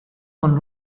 von